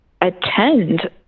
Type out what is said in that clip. attend